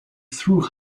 through